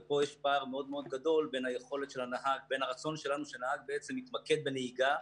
ופה יש פער מאוד מאוד גדול בין הרצון שלנו שנהג בעצם יתמקד בנהיגה,